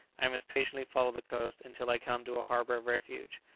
i must patiently follow the coast until i come to a harbour of refuge.